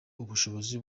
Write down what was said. ubushobozi